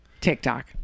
TikTok